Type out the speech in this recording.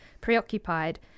preoccupied